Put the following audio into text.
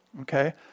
Okay